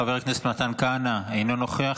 חבר הכנסת מתן כהנא, אינו נוכח.